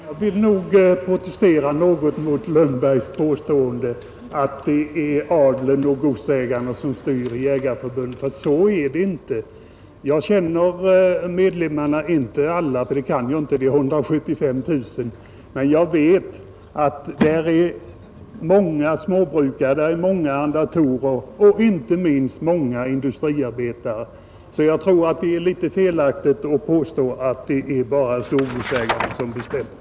Herr talman! Jag vill protestera mot herr Lundbergs påstående att det är adeln och godsägarna som styr Svenska jägareförbundet. Så är det inte. Jag känner många medlemmar — inte alla; det finns 175 000 — och jag vet att där är många småbrukare, många arrendatorer och inte minst många industriarbetare. Jag tror därför att det är litet felaktigt att påstå att det bara är storgodsägare som bestämmer.